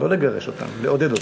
לא לגרש אותם, לעודד אותם.